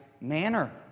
manner